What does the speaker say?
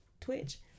twitch